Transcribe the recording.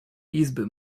izby